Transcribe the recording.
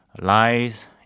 lies